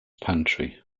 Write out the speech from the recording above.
pantry